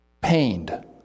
pained